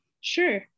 Sure